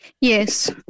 Yes